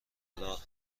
راه